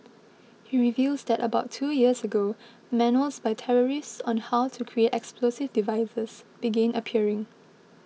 he reveals that about two years ago manuals by terrorists on how to create explosive devices began appearing